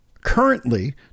currently